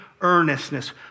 earnestness